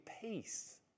peace